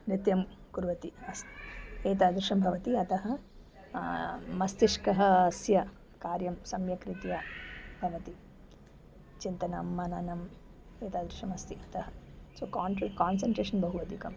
नृत्यं कुर्वति अस् एतादृशं भवति अतः मस्तिष्कः अस्य कार्यं सम्यक् रीत्या भवति चिन्तनं मननम् एतादृशमस्ति अतः सो कान्ट्रे कान्सन्ट्रेशन् बहु अधिकम्